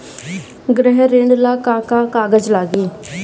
गृह ऋण ला का का कागज लागी?